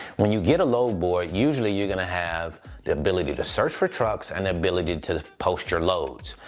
when you get a load board, usually you're gonna have the ability to search for trucks and the ability to post your loads.